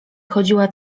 chodziła